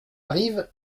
arrive